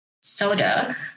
soda